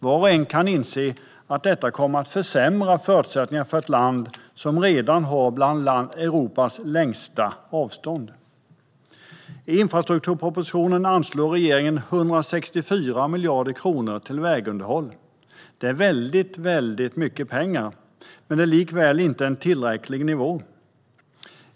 Var och en kan inse att detta kommer att försämra förutsättningarna för ett land som redan har bland de längsta avstånden i Europa. I infrastrukturpropositionen anslår regeringen 164 miljarder kronor till vägunderhåll. Detta är väldigt mycket pengar, men det är likväl inte en tillräcklig nivå.